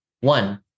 One